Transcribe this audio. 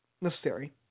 necessary